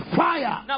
fire